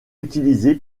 utilisés